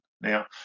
Now